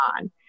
on